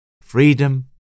freedom